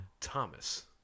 Thomas